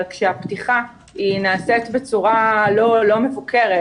אבל כשהפתיחה נעשית בצורה לא מבוקרת,